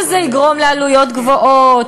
שזה יגרום לעלויות גבוהות,